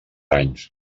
anys